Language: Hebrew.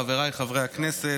חבריי חברי הכנסת,